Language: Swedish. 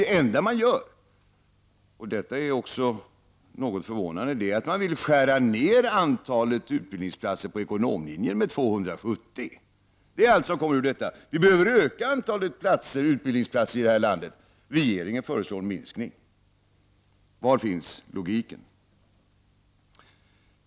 Det enda man gör, och detta är också något förvånande, är att man vill skära ner antalet utbildningsplatser på ekonomlinjen med 270. Det är allt som kommer ut av detta. Vi behöver öka antalet utbildningsplatser i det här landet. Regeringen föreslår en minskning. Var finns logiken?